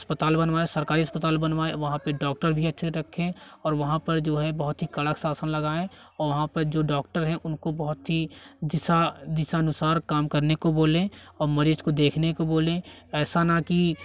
अस्पताल बनवाए सरकारी अस्पताल बनवाए वहाँ पे डॉक्टर भी अच्छे रखें और वहाँ पर जो है बहुत ही कड़क शासन लगाए वहाँ पर जो डॉक्टर है उनको बहोत ही दिशा दिशा अनुसार काम करने को बोलें और मरीज को देखने को बोलें ऐसा ना कि